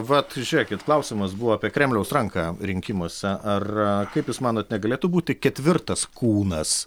vat žiūrėkit klausimas buvo apie kremliaus ranką rinkimuose ar kaip jūs manot negalėtų būti ketvirtas kūnas